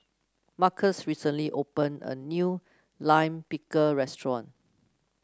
Marcus recently opened a new Lime Pickle restaurant